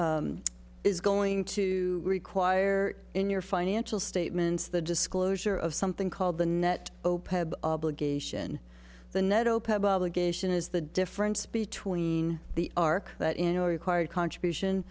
is going to require in your financial statements the disclosure of something called the net obligation the netto peb obligation is the difference between the arc that in a required contribution